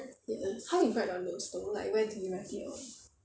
ya how you write your notes though like where did you write it on